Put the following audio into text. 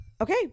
Okay